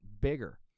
bigger